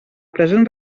present